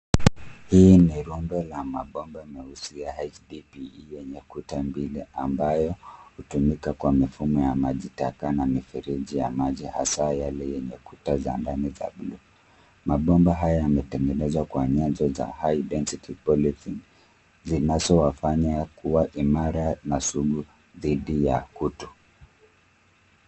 Hii ni rundo la mabomba meusi ya HDPE yenye kuta mbili ambayo hutumika kwa mifumo ya maji taka na miferieji ya maji hasa yale yenye kuta za ndani za blue . Mabomba haya yametengenezwa kwa nyanzo za high density polythene zinazowafanya kuwa imara na sugu dhidi ya kutu.